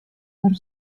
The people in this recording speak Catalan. per